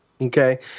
Okay